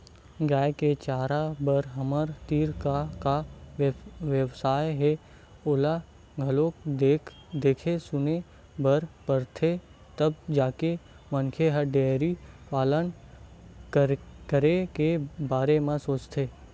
गाय के चारा बर हमर तीर का का बेवस्था हे ओला घलोक देखे सुने बर परथे तब जाके मनखे ह डेयरी पालन करे के बारे म सोचथे